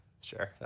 sure